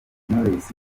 knowless